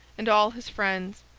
and all his friends,